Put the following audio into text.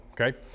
okay